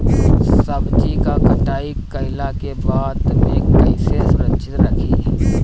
सब्जी क कटाई कईला के बाद में कईसे सुरक्षित रखीं?